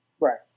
Right